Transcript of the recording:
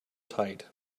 tight